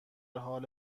حال